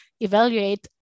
evaluate